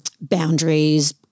boundaries